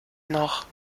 noch